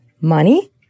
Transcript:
Money